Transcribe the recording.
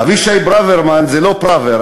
אבישי ברוורמן זה לא פראוור,